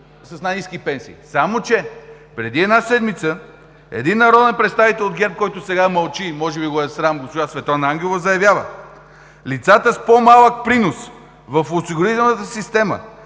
с най-ниски пенсии“. Само че преди една седмица един народен представител от ГЕРБ, който сега мълчи – може би го е срам, госпожа Светлана Ангелова, заявява: „Лицата с по-малък принос в осигурителната система